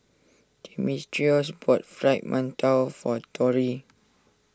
Dimitrios bought Fried Mantou for Tori